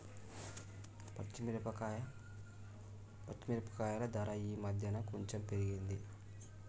పచ్చి మిరపకాయల ధర ఈ మధ్యన కొంచెం పెరిగింది